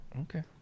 okay